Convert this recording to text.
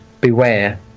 beware